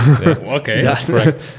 okay